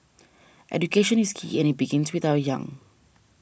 education is key and it begins with our young